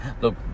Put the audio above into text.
Look